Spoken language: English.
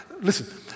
listen